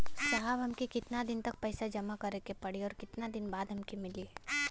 साहब हमके कितना दिन तक पैसा जमा करे के पड़ी और कितना दिन बाद हमके मिली?